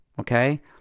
okay